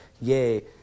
yay